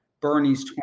Bernie's